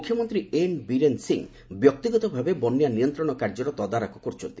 ମୁଖ୍ୟମନ୍ତ୍ରୀ ଏନ୍ ବିରେନ ସିଂ ବ୍ୟକ୍ତିଗତ ଭାବେ ବନ୍ୟା ନିୟନ୍ତ୍ରଣ କାର୍ଯ୍ୟର ତଦାରଖ କରୁଛନ୍ତି